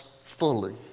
fully